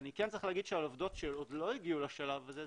אני כן צריך להגיד שעובדות שעוד לא הגיעו לשלב הזה,